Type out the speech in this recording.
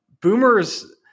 Boomers